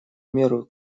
меру